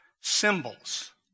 symbols